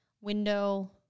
window